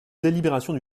délibérations